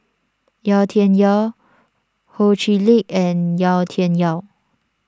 Yau Tian Yau Ho Chee Lick and Yau Tian Yau